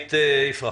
עמית יפרח,